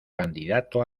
candidato